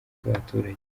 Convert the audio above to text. bw’abaturage